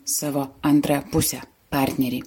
savo antrą pusę partnerį